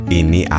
ini